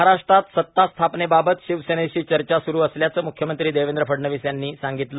महाराष्ट्रात सत्तास्थपनेबाबत शिवसेवेशी चर्चा सुरू असल्याचं मुख्यमंत्री देवेंद्र फडणवीस यांनी सांगितलं